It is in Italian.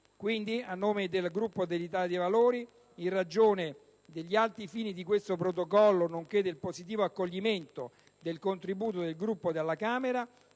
Quindi, a nome del Gruppo dell'Italia dei Valori, in ragione degli alti fini di questo Protocollo, nonché del positivo accoglimento del contributo del Gruppo della Camera,